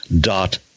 dot